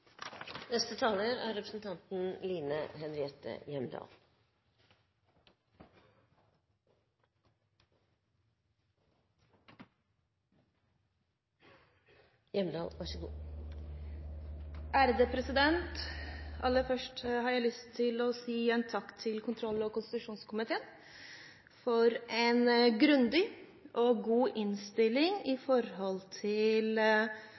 Aller først har jeg lyst til å takke kontroll- og konstitusjonskomiteen for en grundig og god innstilling i henhold til